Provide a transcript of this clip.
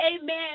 Amen